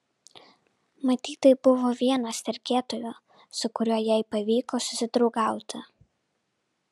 matyt tai buvo vienas sergėtojų su kuriuo jai pavyko susidraugauti